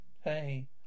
Hey